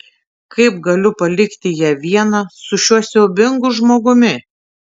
kaip galiu palikti ją vieną su šiuo siaubingu žmogumi